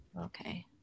Okay